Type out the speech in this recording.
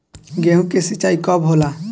गेहूं के सिंचाई कब होला?